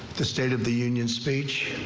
the state of the union speech.